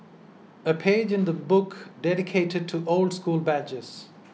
a page in the book dedicated to old school badges